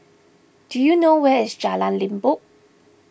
do you know where is Jalan Limbok